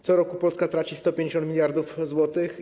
Co roku Polska traci 150 mld zł.